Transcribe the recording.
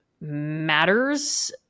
matters